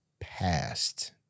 past